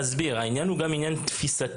העניין הוא גם עניין תפיסתי.